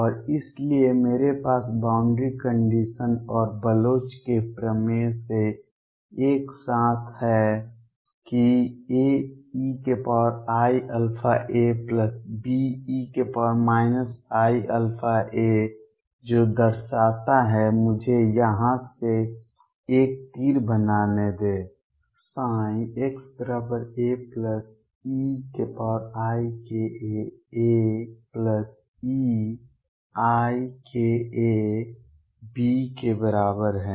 और इसलिए मेरे पास बॉउंड्री कंडीशन और बलोच के प्रमेय से एक साथ है कि AeiαaBe iαa जो दर्शाता है मुझे यहाँ से एक तीर बनाने दें xa eikaAeikaB के बराबर है